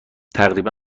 تقریبا